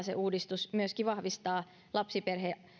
se uudistus samalla myöskin vahvistaa lapsiperheiden